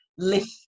lift